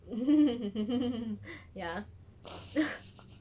ya